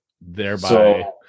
thereby